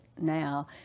now